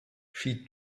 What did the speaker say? she